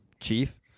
Chief